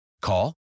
Call